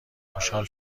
خوشحال